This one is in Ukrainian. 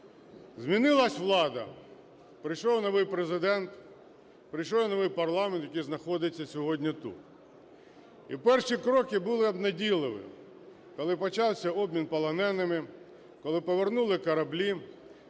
Змінилась влада, прийшов новий Президент, прийшов новий парламент, який знаходиться сьогодні тут. І перші кроки були обнадійливими, коли почався обмін полоненими, коли повернули кораблі,